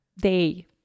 day